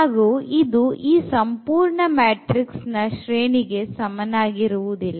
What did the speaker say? ಹಾಗು ಇದು ಈ ಸಂಪೂರ್ಣ ಮ್ಯಾಟ್ರಿಕ್ಸ್ ನ ಶ್ರೇಣಿ ಗೆ ಸಮನಾಗಿರುವುದಿಲ್ಲ